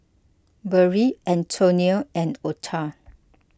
Barrie Antonia and Ota